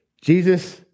Jesus